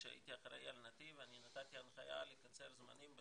כשהייתי אחראי על נתיב אני נתתי הנחיה לקצר זמנים,